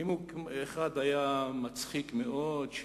נימוק אחד היה מצחיק מאוד,